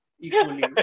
equally